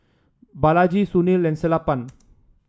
Balaji Sunil and Sellapan